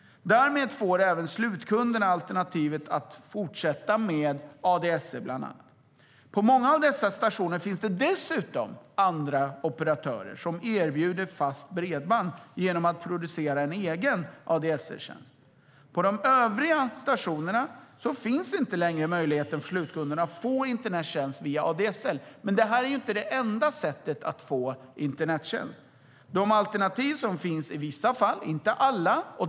Därmed får även slutkunderna alternativet att fortsätta med ADSL, bland annat. På många av dessa stationer finns dessutom andra operatörer som erbjuder fast bredband genom att producera en egen ADSL-tjänst. På de övriga stationerna finns inte längre möjligheten för slutkunderna att få internettjänst via ADSL. Men detta är inte det enda sättet att få internettjänst. Det finns alternativ i vissa fall, men inte i alla.